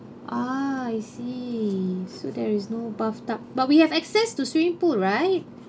ah I see so there is no bathtub but we have access to swimming pool right